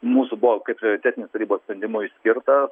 mūsų buvo kaip prioritetinis tarybos sprendimui skirtas